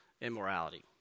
immorality